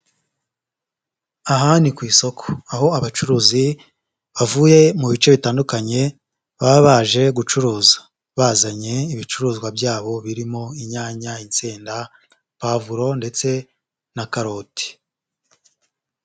Ahandi ku isoko, aho abacuruzi bavuye mu bice bitandukanye baba baje gucuruza, bazanye ibicuruzwa byabo birimo: inyanya, insenda, pavuro ndetse na karoti.